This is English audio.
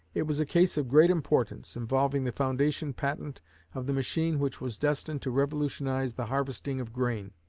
it was a case of great importance, involving the foundation patent of the machine which was destined to revolutionize the harvesting of grain.